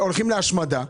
שהולכות להשמדה,